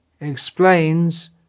explains